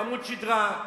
עמוד שדרה,